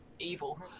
Evil